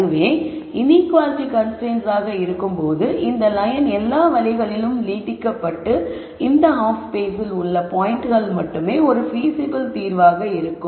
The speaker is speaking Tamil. அதுவே இன்ஈக்குவாலிட்டி கன்ஸ்ரைன்ட்ஸ் ஆக இருக்கும்போது இந்த லயன் எல்லா வழிகளிலும் நீட்டிக்கப்பட்டு இந்த ஹாஃப் ஸ்பேஸில் உள்ள பாயிண்டுகள் மட்டுமே ஒரு பீசிபிள் தீர்வாக இருக்கும்